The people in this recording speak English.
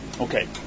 Okay